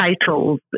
titles